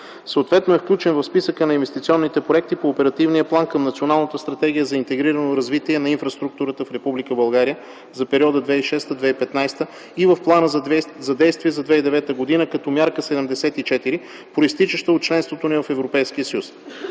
съответно е включен в списъка на инвестиционните проекти по оперативния план към Националната стратегия за интегрирано развитие на инфраструктурата в Република България за периода 2006-2015 г. и в Плана за действие за 2009 г. като Мярка 74, произтичаща от членството ни в Европейския съюз.